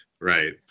Right